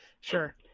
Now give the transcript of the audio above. Sure